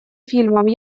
фильмом